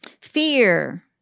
Fear